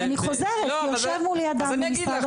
אני חוזרת כי יושב מולי אדם ממשרד החינוך